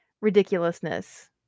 Ridiculousness